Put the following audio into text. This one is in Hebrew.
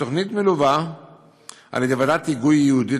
התוכנית מלווה על-ידי ועדת היגוי ייעודית